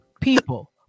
People